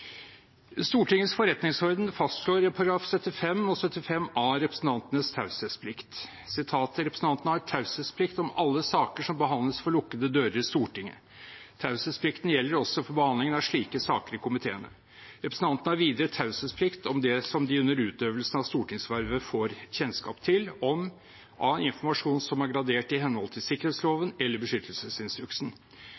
Stortingets forretningsorden fastslår i §§ 75 og 75 a representantenes taushetsplikt: «Representantene har taushetsplikt om alle saker som behandles for lukkete dører i Stortinget. Taushetsplikten gjelder også for behandlingen av slike saker i komiteene. Representantene har videre taushetsplikt om det som de under utøvelsen av stortingsvervet får kjennskap til om: a) Informasjon som er gradert i henhold til